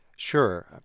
Sure